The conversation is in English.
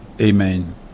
Amen